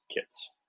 kits